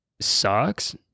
sucks